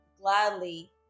gladly